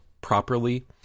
properly